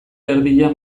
erdian